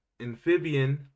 amphibian